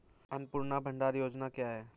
अन्नपूर्णा भंडार योजना क्या है?